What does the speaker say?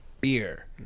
beer